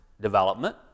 development